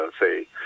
say